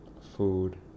food